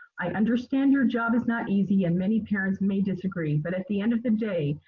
i understand your job is not easy and many parents may disagree, but at the end of the day,